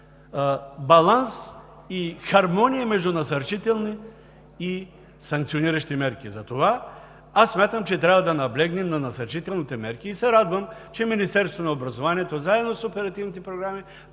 баланс и хармония между насърчителни и санкциониращи мерки. Затова смятам, че трябва да наблегнем на насърчителните мерки, и се радвам, че Министерството на образованието, заедно с оперативните програми,